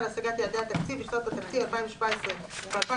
להשגת יעדי התקציב לשנות התקציב 2017 ו-2018)